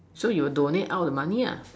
so you donate out the money ah